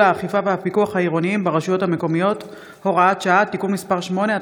האכיפה והפיקוח העירוניים ברשויות המקומיות (הוראת שעה) (תיקון מס' 8),